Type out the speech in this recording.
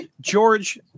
George